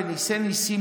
בניסי-ניסים,